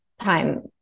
time